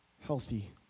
Healthy